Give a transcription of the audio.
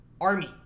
Army